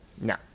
No